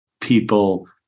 people